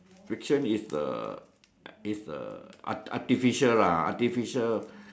fiction is a is a art artificial lah artificial